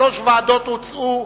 שלוש ועדות הוצעו,